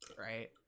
right